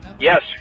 Yes